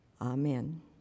Amen